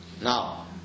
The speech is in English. now